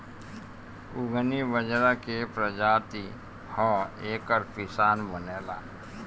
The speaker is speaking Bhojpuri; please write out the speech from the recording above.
कुगनी बजरा के प्रजाति ह एकर पिसान बनेला